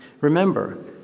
Remember